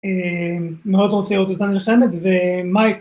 מאוד רוצה לראות אותה נלחמת ו...